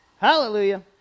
Hallelujah